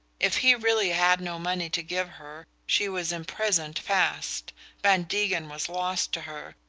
if he really had no money to give her she was imprisoned fast van degen was lost to her,